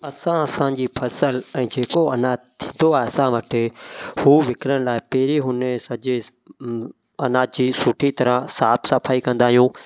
असां असांजी फ़सलु ऐं जेको अनाजु थींदो आहे असां वटि हू विकिणण लाइ पहिरीं हुन खे सॼे अनाज जी सुठी तरह साफ़ु सफ़ाई कंदा आहियूं